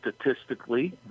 statistically